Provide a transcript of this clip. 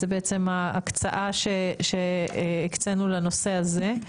זו בעצם ההקצאה שהקצנו לנושא הזה,